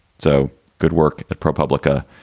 so good work. but propublica,